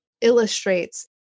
illustrates